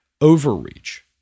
overreach